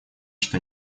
что